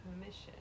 permission